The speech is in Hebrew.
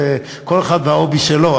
כל אחד וההובי שלו,